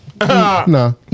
No